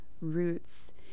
roots